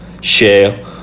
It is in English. share